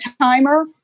timer